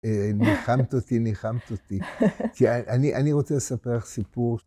‫ניחמת אותי, ניחמת אותי. ‫כי אני רוצה לספר לך סיפור...